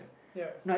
yes